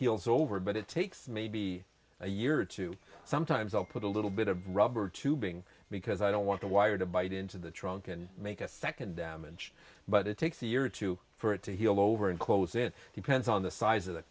heals over but it takes maybe a year or two sometimes i'll put a little bit of rubber tubing because i don't want to wire to bite into the trunk and make a second damage but it takes a year or two for it to heal over and close it depends on the size of the